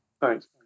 Thanks